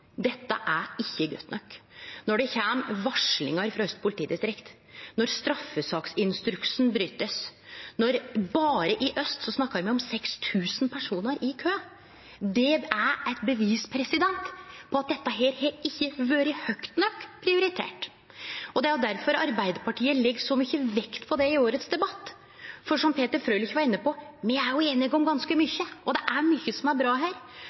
Dette er ikkje godt nok – når det kjem varslingar frå Aust politidistrikt, når straffesaksinstruksen blir broten, når me snakkar om 6 000 personar i kø berre i Aust. Det er eit bevis på at dette ikkje har vore høgt nok prioritert. Det er difor Arbeidarpartiet legg så mykje vekt på det i årets debatt. Som Peter Frølich var inne på: Me er jo einige om ganske mykje, og det er mykje som er bra her.